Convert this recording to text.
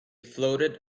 floated